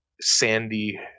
sandy